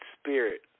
spirit